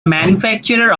manufacturer